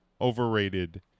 overrated